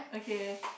okay